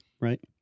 right